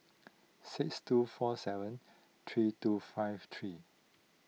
six two four seven three two five three